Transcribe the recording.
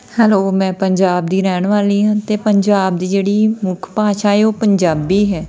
hello ਮੈਂ ਪੰਜਾਬ ਦੀ ਰਹਿਣ ਵਾਲੀ ਹਾਂ ਅਤੇ ਪੰਜਾਬ ਦੀ ਜਿਹੜੀ ਮੁੱਖ ਭਾਸ਼ਾ ਹੈ ਉਹ ਪੰਜਾਬੀ ਹੈ